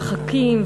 וחוקים,